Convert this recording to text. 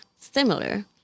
similar